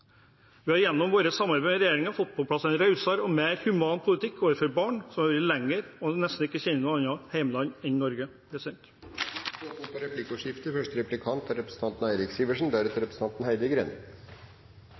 Vi har gjennom vårt samarbeid i regjeringen fått på plass en rausere og mer human politikk overfor barn som har vært her lenge, og som nesten ikke kjenner noe annet hjemland enn Norge. Det blir replikkordskifte.